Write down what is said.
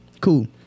Cool